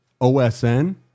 OSN